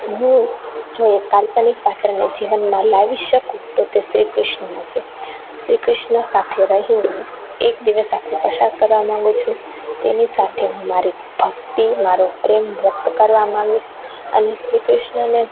હું જો એક કાલ્પનિક પાત્રને જીવનમાં લાવી શકું તો તે શ્રી કૃષ્ણ હશે શ્રી કૃષ્ણ સાથે રહીને એક દિવસ આખો પસાર કરવા માગું છું તેની સાથે હું મારી ભક્તિ મારો પ્રેમ વ્યકત કરવા માગું છું અને શ્રી કૃષ્ણને